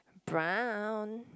brown